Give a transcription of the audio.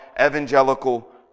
evangelical